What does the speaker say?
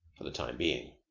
for the time being.